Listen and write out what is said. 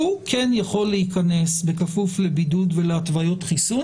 הוא כן יכול להיכנס בכפוף לבידוד ולהתוויות חיסון